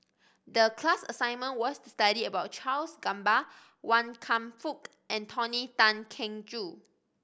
the class assignment was to study about Charles Gamba Wan Kam Fook and Tony Tan Keng Joo